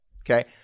okay